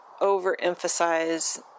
overemphasize